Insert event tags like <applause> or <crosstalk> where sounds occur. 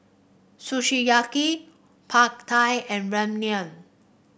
<unintelligible> park Thai and Ramyeon